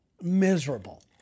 Miserable